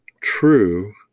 true